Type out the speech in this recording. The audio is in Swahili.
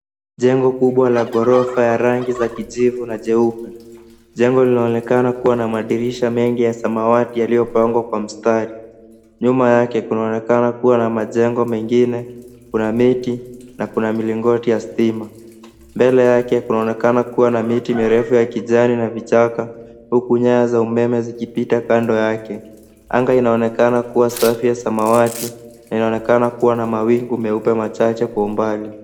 Jengo kubwa la ghorofa ya rangi za kijivu na jeupe. Jengo linaonekana kuwa na madirisha mengi ya samawati yaliyopangwa kwa mstari. Nyuma yake kunaonekana kuwa na majengo mengine. Kuna miti na kuna milingoti ya stima. Mbele yake kunaonekana kuwa na miti mirefu ya kijani na vichaka huku nyaya za umeme zikipita kando yake. Anga inaonekana kuwa na mawingu meupe machache kwa umbali